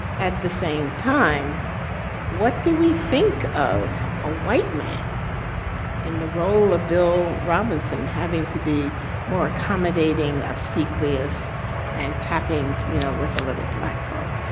at the same time what do we think of a white man in the role of bill robinson having to be more accommodating obsequious and tapping, you know, with a little black girl.